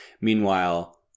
Meanwhile